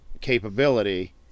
capability